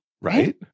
Right